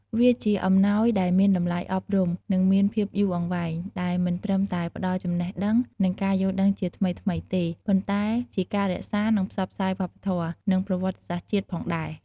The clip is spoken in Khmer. វាជាអំណោយដែលមានតម្លៃអប់រំ និងមានភាពយូរអង្វែង ដែលមិនត្រឹមតែផ្តល់ចំណេះដឹងនិងការយល់ដឹងជាថ្មីៗទេ ប៉ុន្តែជាការរក្សា និងផ្សព្វផ្សាយវប្បធម៌ និងប្រវត្តិសាស្ត្រជាតិផងដែរ។